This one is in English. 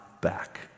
back